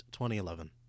2011